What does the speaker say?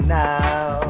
now